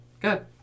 Good